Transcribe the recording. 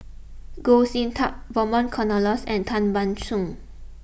Goh Sin Tub Vernon Cornelius and Tan Ban Soon